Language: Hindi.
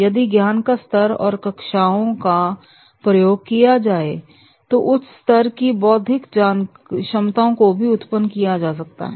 यदि ज्ञान का स्तर और कक्षाओं का प्रयोग किया जाए तो उच्च स्तर की बौद्धिक क्षमताओं को भी उत्पन्न किया जा सकता है